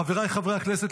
חבריי חברי הכנסת,